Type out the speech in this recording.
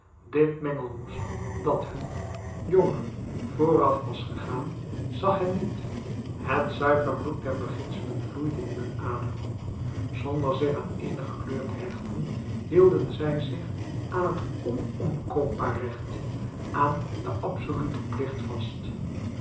dit mengelmoes dat hun jongeren vooraf was gegaan zag hen niet het zuiver bloed der beginselen vloeide in hun aderen zonder zich aan eenige kleur te hechten hielden zij zich aan het onomkoopbaar recht aan den absoluten plicht vast